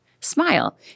Smile